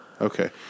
Okay